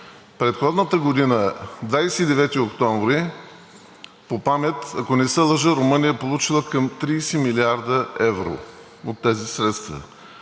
Предходната година, 29 октомври, по памет, ако не се лъжа, Румъния е получила към 30 млрд. евро от тези средства,